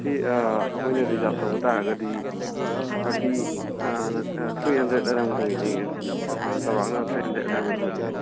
ꯁꯤ ꯑꯩꯈꯣꯏꯅ ꯔꯤꯖꯥꯔꯞ ꯇꯧꯕ ꯇꯥꯔꯒꯗꯤ ꯊꯥꯔꯇꯤ ꯊ꯭ꯔꯤ ꯍꯟꯗ꯭ꯔꯦꯠ ꯑꯗ꯭ꯋꯥꯏꯃꯨꯛ ꯑꯣꯏꯅꯤ ꯆꯥꯎꯔꯥꯛꯅ ꯊ꯭ꯔꯤ ꯍꯟꯗ꯭ꯔꯦꯠ ꯑꯗ꯭ꯋꯥꯏꯃꯨꯛ ꯑꯣꯏꯕ ꯌꯥꯏ